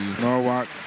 Norwalk